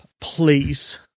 please